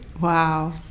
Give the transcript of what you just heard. Wow